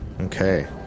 Okay